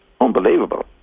unbelievable